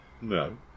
No